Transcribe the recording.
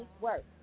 work